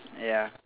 ya